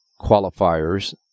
qualifiers